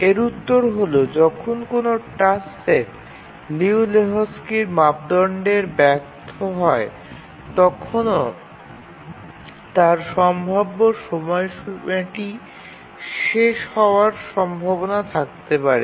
এর উত্তর হল যখন কোনও টাস্ক সেট লিউ লেহোকস্কির মাপদণ্ডে ব্যর্থ হয় তখনও তার সম্ভাব্য সময়সীমাটি শেষ হওয়ার সম্ভাবনা থাকতে পারে